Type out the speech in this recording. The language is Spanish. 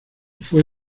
fue